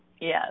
Yes